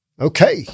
okay